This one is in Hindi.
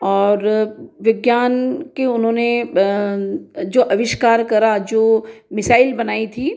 और विज्ञान के उन्होंने जो अविष्कार करा जो मिसाइल बनाई थी